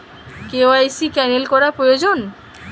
KYC cancel করা প্রয়োজন?